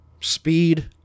speed